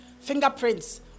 fingerprints